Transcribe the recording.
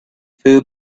few